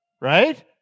Right